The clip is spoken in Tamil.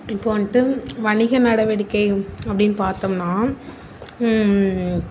இப்போது வந்துட்டு வணிக நடவடிக்கை அப்படின்னு பார்த்தோம்னா